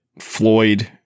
Floyd